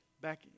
back